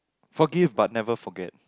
forgive but never forget